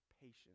patience